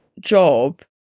job